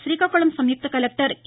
గ్రీకాకుళం సంయుక్త collector K